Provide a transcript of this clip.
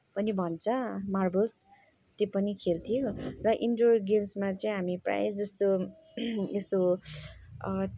पनि भन्छ मार्बल्स त्यो पनि खेल्थ्यौँ र इन्डोर गेम्समा चाहिँ हामी प्रायःजस्तो यस्तो